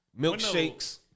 milkshakes